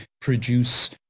produce